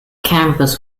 campus